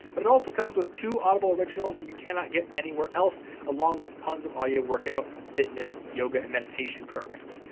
but it also comes with two audible originals and you cannot get anywhere else along with tonnes of audio workout, fitness, yoga and meditation programs.